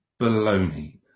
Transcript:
baloney